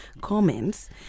comments